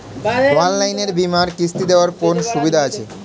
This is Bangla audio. অনলাইনে বীমার কিস্তি দেওয়ার কোন সুবিধে আছে?